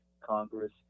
Congress